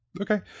okay